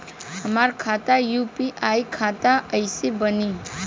हमार खाता यू.पी.आई खाता कईसे बनी?